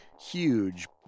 huge